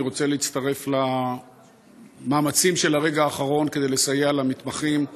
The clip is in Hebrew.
אני רוצה להצטרף למאמצים של הרגע האחרון כדי לסייע למתמחים.